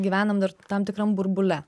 gyvenam dar tam tikram burbule